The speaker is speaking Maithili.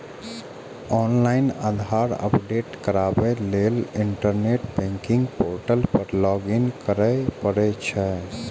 ऑनलाइन आधार अपडेट कराबै लेल इंटरनेट बैंकिंग पोर्टल पर लॉगइन करय पड़ै छै